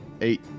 Eight